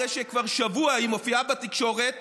אחרי שכבר שבוע היא מופיעה בתקשורת